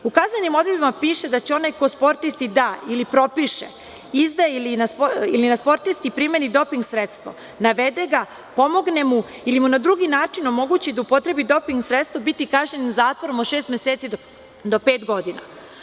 U kaznenim odredbama piše da će onaj ko sportisti da ili propiše, izda ili na sportisti primeni doping sredstvo, navede ga, pomogne mu ili mu na drugi način omogući da upotrebi doping sredstvo, biti kažnjen zatvorom od šest meseci do pet godina.